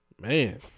man